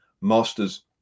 Masters